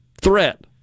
threat